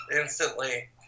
instantly